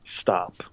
stop